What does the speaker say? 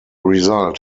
result